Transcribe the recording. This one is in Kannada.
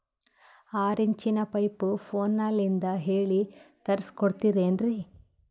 ಆರಿಂಚಿನ ಪೈಪು ಫೋನಲಿಂದ ಹೇಳಿ ತರ್ಸ ಕೊಡ್ತಿರೇನ್ರಿ?